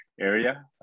area